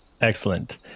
excellent